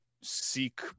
seek